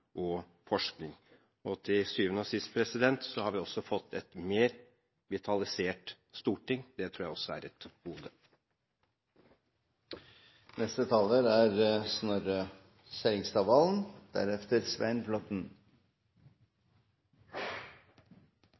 og forskning. Til syvende og sist har vi også fått et mer vitalisert storting. Det tror jeg også er et